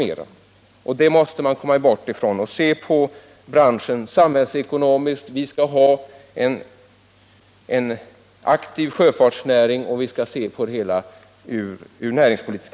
Det synsättet måste vi komma bort ifrån för att i stället se på branschen samhällsekonomiskt. Vi skall ha en aktiv sjöfartsnäring genom en aktiv näringspolitik.